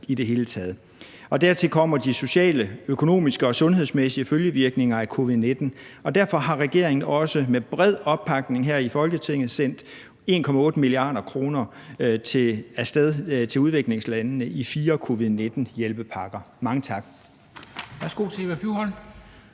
i det hele taget. Dertil kommer de sociale, økonomiske og sundhedsmæssige følgevirkninger af covid-19, og derfor har regeringen også med bred opbakning her i Folketinget sendt 1,8 mia. kr. af sted til udviklingslandene i 4 covid-19-hjælpepakker. Mange tak.